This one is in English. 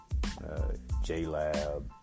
JLab